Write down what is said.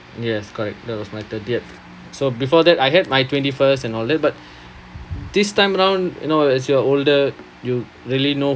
yes correct that was my thirtieth so before that I had my twenty first and all that but this time around you know as you're older you really know